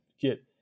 get